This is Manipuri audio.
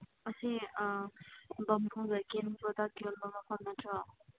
ꯉꯁꯤ ꯕꯝꯕꯨꯒ ꯀꯦꯟ ꯄ꯭ꯔꯗꯛ ꯌꯣꯟꯕ ꯃꯐꯝ ꯅꯠꯇ꯭ꯔꯣ